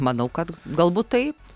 manau kad galbūt taip